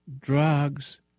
drugs